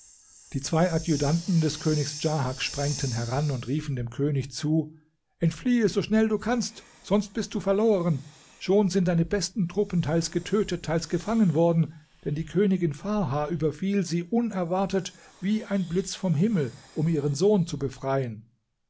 die zwei adjutanten des königs djahak sprengten heran und riefen dem könig zu entfliehe so schnell du kannst sonst bist du verloren schon sind deine besten truppen teils getötet teils gefangen worden denn die königin farha überfiel sie unerwartet wie ein blitz vom himmel um ihren sohn zu befreien